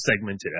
segmented